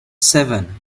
seven